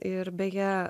ir beje